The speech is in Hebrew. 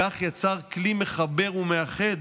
כך יצר כלי מחבר ומאחד